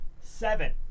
Seven